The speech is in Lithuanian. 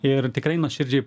ir tikrai nuoširdžiai